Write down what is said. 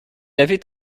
avait